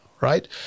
right